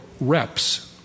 reps